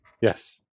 Yes